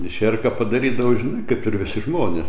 i čierką padarydavau žinai kaip ir visi žmonės